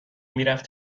میرفت